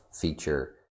feature